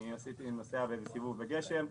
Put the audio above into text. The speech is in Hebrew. אני נוסע בסיבוב בגשם,